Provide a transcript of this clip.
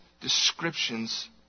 descriptions